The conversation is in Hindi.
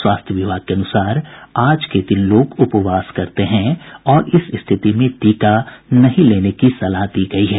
स्वास्थ्य विभाग के अनुसार आज के दिन लोग उपवास करते हैं और इस स्थिति में टीका नहीं लेने की सलाह दी गयी है